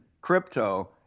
crypto